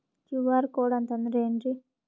QR code ಅಂತಂದ್ರ ಏನ್ರೀ?